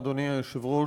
אדוני היושב-ראש,